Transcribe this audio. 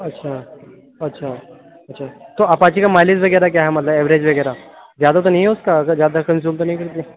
اچھا اچھا اچھا تو اپاچی کا مائلیج وغیرہ کیا ہے مطلب اویریج وغیرہ زیادہ تو نہیں ہے اُس کا اگر زیادہ کنزیوم تو نہیں کرتی